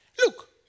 Look